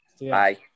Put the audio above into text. Bye